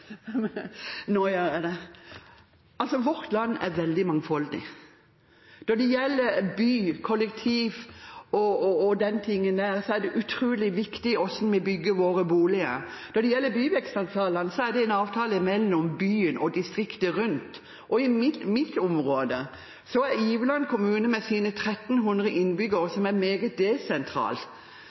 Nå gjorde jeg det. Vårt land er veldig mangfoldig. Når det gjelder byer, kollektivtransport og slikt, er det utrolig viktig hvordan vi bygger våre boliger. Når det gjelder byvekstavtalene, er det avtaler mellom byer og distriktene rundt. Mitt område, Iveland kommune, med 1 300 innbyggere, som er meget